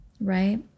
right